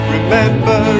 Remember